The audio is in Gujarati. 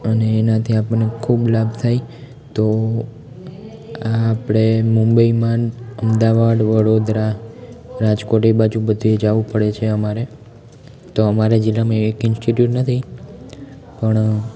અને એનાથી આપણને ખૂબ લાભ થાય તો આપણે મુંબઈમાં અમદાવાદ વડોદરા રાજકોટ એ બાજુ બધે જાવું પડે છે અમારે તો અમારા જીલામાં એક ઈન્સ્ટિટ્યૂટ નથી પણ